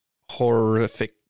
horrific